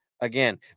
Again